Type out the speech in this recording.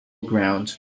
ground